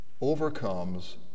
overcomes